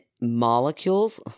molecules